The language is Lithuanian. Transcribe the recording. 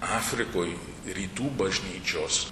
afrikoj rytų bažnyčios